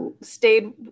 stayed